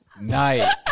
night